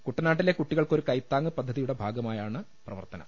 കുട്ടനാട്ടിലെ കുട്ടികൾക്കൊരു കൈത്താങ്ങ് പദ്ധതിയുടെ ഭാഗമായാണ് പ്രവർത്തനം